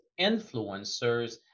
influencers